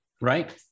Right